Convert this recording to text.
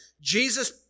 Jesus